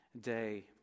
day